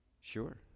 Sure